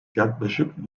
yaklaşık